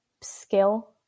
skill